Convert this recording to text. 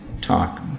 talk